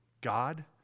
God